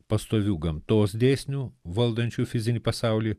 pastovių gamtos dėsnių valdančių fizinį pasaulį